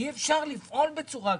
אי אפשר לפעול בצורה כזאת,